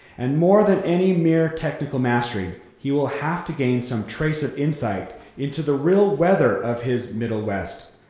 and more than any mere technical mastery, he will have to gain some trace of insight into the real weather of his middle west,